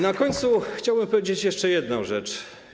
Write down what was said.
Na koniec chciałbym powiedzieć jeszcze jedną rzecz.